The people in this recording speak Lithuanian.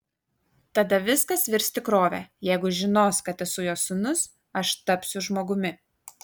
tada viskas virs tikrove jeigu žinos kad esu jo sūnus aš tapsiu žmogumi